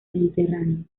mediterráneo